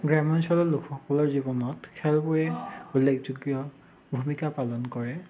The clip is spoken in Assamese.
গ্ৰাম্যাঞ্চলৰ লোকসকলৰ জীৱনত খেলবোৰে উল্লেখযোগ্য ভূমিকা পালন কৰে